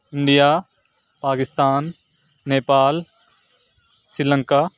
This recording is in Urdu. انڈیا پاکستان نیپال سری لنکا